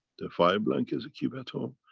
the fire blankets you keep at home.